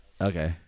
Okay